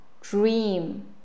dream